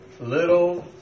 little